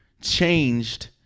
changed